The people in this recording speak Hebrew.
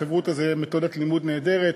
חברותא זה מתודת לימוד נהדרת.